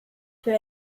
für